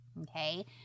okay